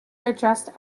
addressed